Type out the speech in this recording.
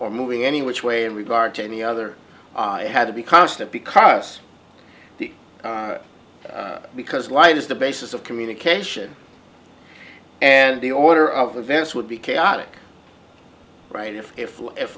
or moving any which way in regard to any other had to be constant because the because light is the basis of communication and the order of events would be chaotic right if if if